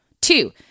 Two